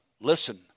listen